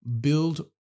build